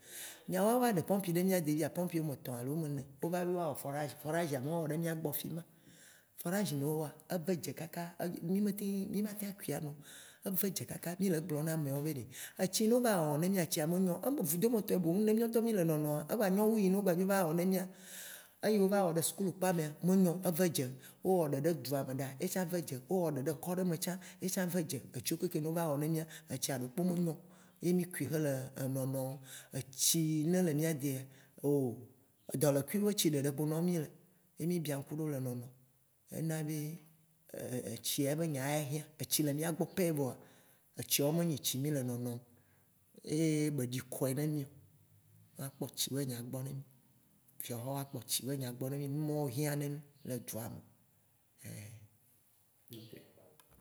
Wci- 04- P096 2. nyawoa wo va ɖe pompi ɖe mìade via, pompi ame etɔ̃ alo woame ene. Wova be woawɔ forage, foragea ye mɔ wowɔ ɖe mìagbɔ fima, forage ne wowɔa, eve dze kakaaa mì me teŋ, mì ma teŋ kui ano, eve dze kaka, mì le egblɔ̃ na meawo be ɖe, etsi yi ne wova wɔwɔ̃ ne mìa, tsia me nyo o. Eme vudo me tɔ yi mìɔ ŋtɔ mì le nonoa, egba nyo wui yi ne wogba dzo va wɔ ne mìa. Eyi ne wo va wɔ ɖe suku kpa mea, me nyo, eve dze, wowɔ ɖe ɖe dzua me ɖaaa ye tsã ve dze, wowɔ ɖe ɖe kɔ ɖe me tsã, ye tsã ve dze, vitsukui ko va wɔ ne mia, etsia ɖekpo me nyo o. Ye mì kui xe le emɔ emɔ wɔm. Etsi yi ne le mìa dea, ohh edɔlekui be tsi ɖeɖe kpo noɔ mì le, ye mì biã ŋku ɖo le nonom. Ye na be, etsia ya be nya ya hiã. Etsi le mìagbɔ pɛ vɔa, etsiawo me nye tsi mì le nono o, ye be ɖi kɔɛ ne mì o. Woakpɔ tsi be nya gbɔ ne mì. Fiɔhawo akpɔ etsi be nya gbɔ ne mì. Numɔwo hiã ne mì le dzua me.